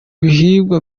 bihingwa